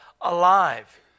alive